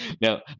now